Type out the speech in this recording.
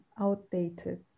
outdated